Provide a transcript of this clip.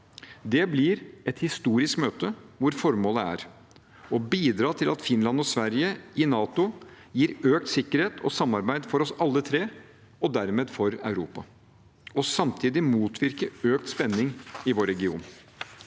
Det blir et historisk møte, hvor formålet er å bidra til at Finland og Sverige i NATO gir økt sikkerhet og samarbeid for oss alle tre, og dermed for Europa, og samtidig motvirke økt spenning i vår region.